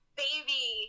baby